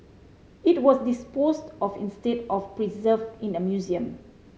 it was disposed of instead of preserved in a museum